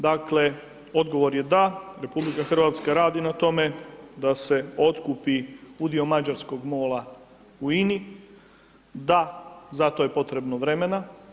Dakle, odgovor je da, RH radi na tome da se otkupi udio mađarskog MOL-a u INA-i, da za to je potrebno vremena.